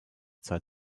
zeit